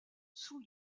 sous